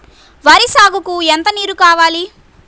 వరి సాగుకు ఎంత నీరు కావాలి?